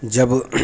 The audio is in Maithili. जब